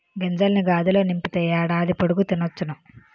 గింజల్ని గాదిలో నింపితే ఏడాది పొడుగు తినొచ్చును